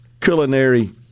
culinary